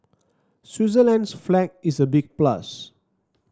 Switzerland's flag is a big plus